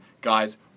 Guys